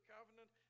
Covenant